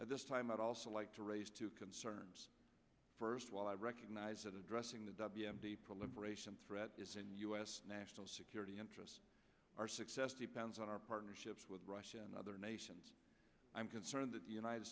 at this time i'd also like to raise two concerns first of all i recognize that addressing the w m d proliferation threat is in u s national security interests our success depends on our partnerships with russia and other nations i'm concerned that the united